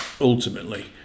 ultimately